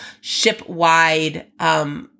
ship-wide